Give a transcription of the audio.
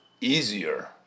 easier